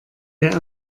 der